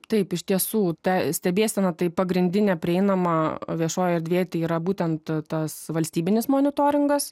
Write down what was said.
taip iš tiesų ta stebėsena tai pagrindinė prieinama viešoji erdvė tai yra būtent tas valstybinis monitoringas